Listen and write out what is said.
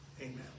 amen